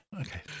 Okay